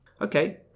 Okay